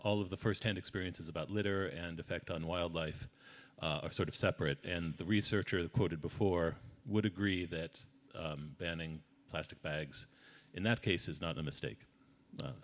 all of the first hand experiences about litter and effect on wildlife are sort of separate and the researcher the quoted before would agree that banning plastic bags in that case is not